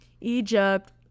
egypt